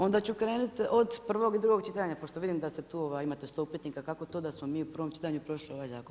Ona ću krenuti od prvog i drugog čitanja pošto vidim da tu imate 100 upitnika, kako to da smo mi u prvom čitanju prošli ovaj zakon?